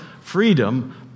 freedom